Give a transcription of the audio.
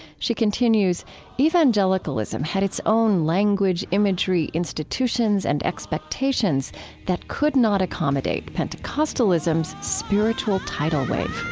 she continues evangelicalism had its own language, imagery, institutions, and expectations that could not accommodate pentecostalism's spiritual tidal wave.